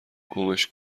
گمش